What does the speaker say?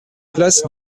place